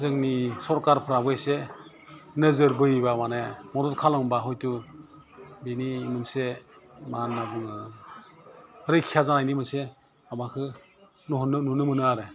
जोंनि सरकारफ्राबो एसे नोजोर बोयोबा माने मदद खालामबा हयथु बेनि मोनसे मा होन्ना बुङो रैखा जानायनि मोनसे माबाखौ नुहुरनो नुनो मोनो आरो